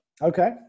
Okay